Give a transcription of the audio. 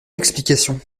l’explication